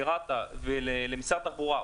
לרת"א ולמשרד התחבורה,